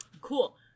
Cool